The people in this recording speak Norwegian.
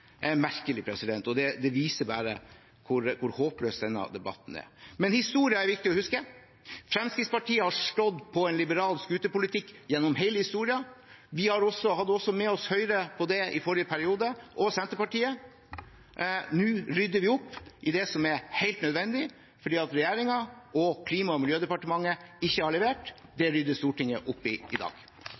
er merkelig, og det viser bare hvor håpløs denne debatten er. Men historien er viktig å huske. Fremskrittspartiet har stått på en liberal scooterpolitikk gjennom hele historien. Vi har også hatt med oss Høyre og Senterpartiet på det i forrige periode. Nå rydder vi opp i det som er helt nødvendig, fordi regjeringen og Klima- og miljødepartementet ikke har levert. Det rydder Stortinget i dag opp i. Høyre i